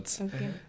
Okay